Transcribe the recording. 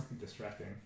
distracting